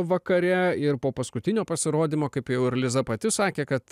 vakare ir po paskutinio pasirodymo kaip jau ir liza pati sakė kad